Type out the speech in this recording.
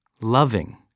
loving